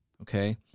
Okay